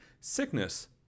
Sickness